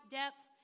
depth